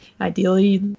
ideally